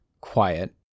quiet